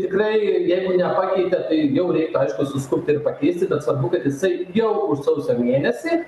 tikrai jeigu nepakeitė tai jau reiktų aišku suskubti ir pakeisti tad svarbu kad jisai jau už sausio mėnesį